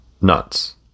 Nuts